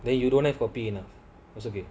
then you don't have a piano was okay